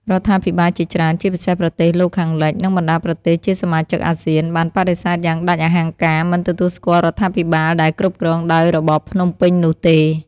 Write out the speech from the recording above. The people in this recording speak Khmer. រដ្ឋាភិបាលជាច្រើន ជាពិសេសប្រទេសលោកខាងលិច និងបណ្ដាប្រទេសជាសមាជិកអាស៊ាន បានបដិសេធយ៉ាងដាច់អហង្ការមិនទទួលស្គាល់រដ្ឋាភិបាលដែលគ្រប់គ្រងដោយរបបភ្នំពេញនោះទេ។